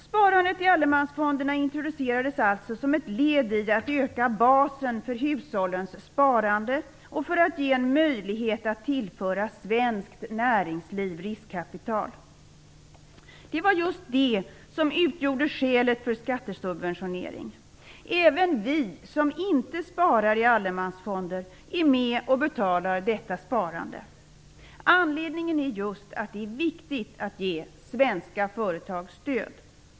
Sparandet i allemansfonderna introducerades alltså som ett led i att öka basen för hushållens sparande och för att ge en möjlighet att tillföra svenskt näringsliv riskkapital. Det var just det som utgjorde skälet för skattesubventionering. Även vi som inte sparar i allemansfonder är med och betalar detta sparande. Anledningen är just att det är viktigt att ge svenska företag stöd.